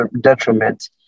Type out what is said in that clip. detriment